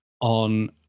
on